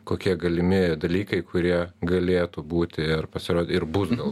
kokie galimi dalykai kurie galėtų būti ir pasirodė ir bus gal